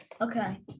okay